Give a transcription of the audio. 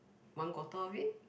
one quarter of it